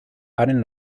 haren